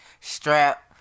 strap